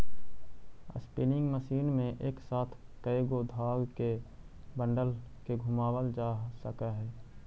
spinning machine में एक साथ कएगो धाग के बंडल के घुमावाल जा सकऽ हई